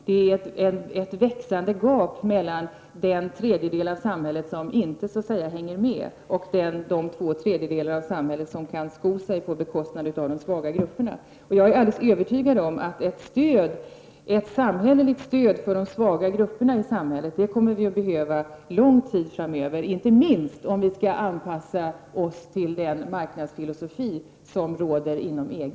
Det förekommer ett växande gap mellan den tredjedel av samhället som inte hänger med och de två tredjedelar i samhället som kan sko sig på de svaga grupperna. Jag är alldeles övertygad om att vi lång tid framöver kommer att behöva ett samhälleligt stöd för de svaga grupperna i samhället, inte minst om vi skall anpassa oss till den marknadsfilosofi som råder inom EG.